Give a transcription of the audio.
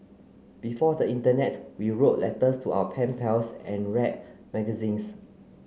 before the internet we wrote letters to our pen pals and read magazines